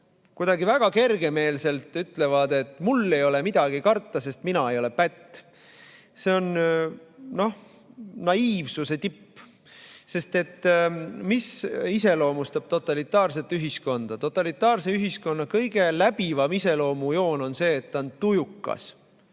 kuidagi väga kergemeelselt ütlevad, et mul ei ole midagi karta, sest mina ei ole pätt. See on naiivsuse tipp! Sest mis iseloomustab totalitaarset ühiskonda? Totalitaarse ühiskonna kõige läbivam iseloomujoon on see, et ta on tujukas.